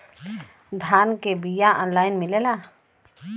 धान के बिया ऑनलाइन मिलेला?